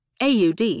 AUD